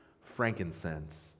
frankincense